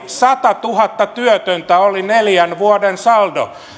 satatuhatta työtöntä oli neljän vuoden saldo